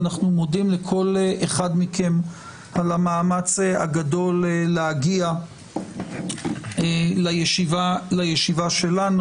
אנחנו מודים לכל אחד מכם על המאמץ הגדול להגיע לישיבה שלנו.